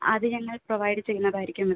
അത് ഞങ്ങൾ പ്രൊവൈഡ് ചെയ്യുന്നതായിരിക്കും മാം